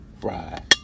fry